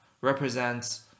represents